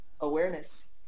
Awareness